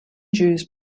jews